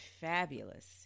fabulous